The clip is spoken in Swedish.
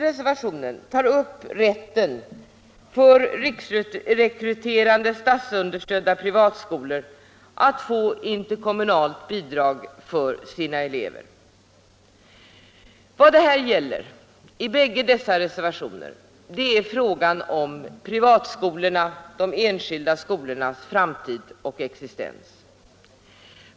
I reservationen 3 tar vi upp rätten för riksrekryterande statsunderstödda privatskolor att få interkommunalt bidrag för sina elever. Bägge dessa reservationer gäller frågan om de enskilda skolornas framtida existens.